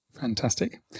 Fantastic